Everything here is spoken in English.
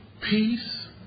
peace